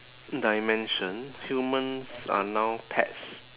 dimension humans are now pets